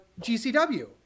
GCW